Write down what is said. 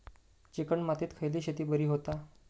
Chicken मातीत खयली शेती बरी होता?